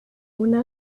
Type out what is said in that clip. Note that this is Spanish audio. una